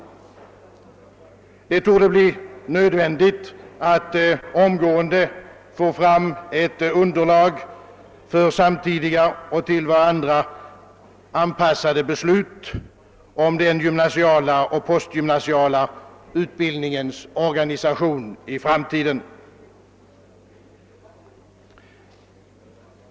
Det torde bli nödvändigt att omedelbart få fram ett underlag för samtidiga och till varandra anpassade beslut om den gymnasiala och postgymnasiala utbildningens organisation i framtiden.